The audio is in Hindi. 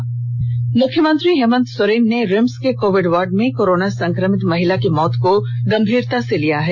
से स मुख्यमंत्री हेमंत सोरेन ने रिम्स के कोविड वार्ड में कोरोना संक्रमित महिला की मौत को गंभीरता से लिया है